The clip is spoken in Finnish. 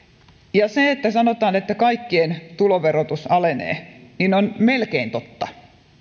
se että sanotaan että kaikkien tuloverotus alenee on melkein totta